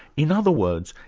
in other words,